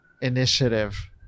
initiative